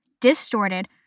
distorted